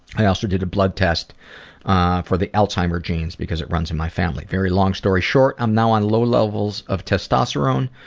i also did a blood test for the alzheimer genes because it runs in my family. very long story short, i'm now on low levels of testosterone,